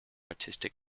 artistic